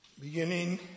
beginning